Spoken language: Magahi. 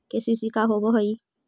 के.सी.सी का होव हइ?